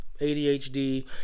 ADHD